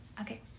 Okay